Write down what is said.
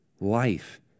life